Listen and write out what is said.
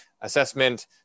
assessment